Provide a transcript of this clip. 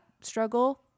struggle